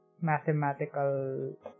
Mathematical